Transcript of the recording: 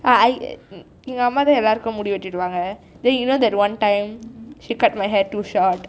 I எங்க அம்மா தான் எல்லாருக்கும் முடி வெட்டிடுவாங்க:enka amma thaan ellarukkum mudi vettiduvanka then you know that one time she cut my hair too short